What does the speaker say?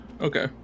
Okay